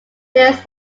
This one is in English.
bills